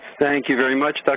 thank you very much, so